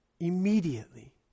immediately